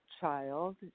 child